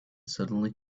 suddenly